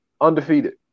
Undefeated